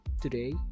Today